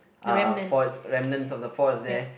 uh forts reminisces of the fort there